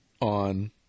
on